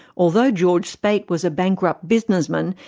although george speight was a bankrupt businessman,